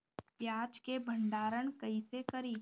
प्याज के भंडारन कईसे करी?